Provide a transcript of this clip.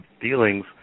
feelings